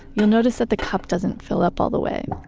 you'll notice that the cup doesn't fill up all the way.